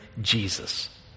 Jesus